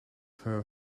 her